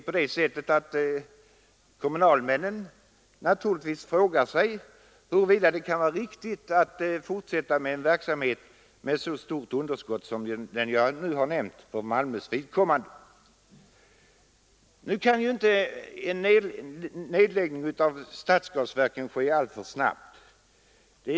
Kommunalmännen frågar sig naturligtvis huruvida det kan vara riktigt att fortsätta med en verksamhet med ett så stort underskott som det som jag nu har nämnt för Malmös vidkommande. En nedläggning av stadsgasverken får inte ske alltför snabbt.